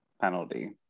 penalty